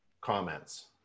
comments